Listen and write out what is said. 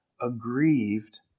aggrieved